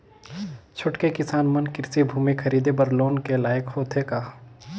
छोटके किसान मन कृषि भूमि खरीदे बर लोन के लायक होथे का?